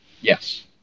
Yes